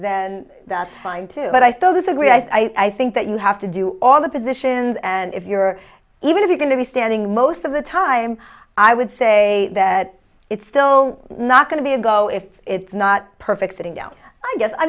then that's fine too but i still disagree i think that you have to do all the positions and if you're even if you're going to be standing most of the time i would say that it's still not going to be a go if it's not perfect sitting down i guess i